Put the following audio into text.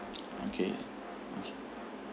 okay okay